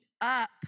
up